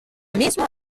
mismo